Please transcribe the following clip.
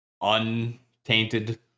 untainted